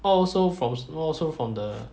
all also froms all also from the